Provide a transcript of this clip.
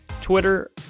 Twitter